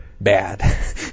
bad